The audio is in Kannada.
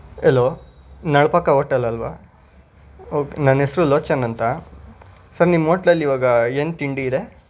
ಎಲೋ ನಳಪಾಕ ಓಟೆಲ್ ಅಲ್ವ ಓಕೆ ನನ್ನ ಹೆಸ್ರು ಲೋಚನ್ ಅಂತ ಸರ್ ನಿಮ್ಮ ಓಟ್ಲಲ್ಲಿ ಇವಾಗ ಏನು ತಿಂಡಿ ಇದೆ